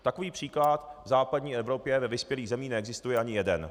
Takový příklad v západní Evropě ve vyspělých zemích neexistuje ani jeden.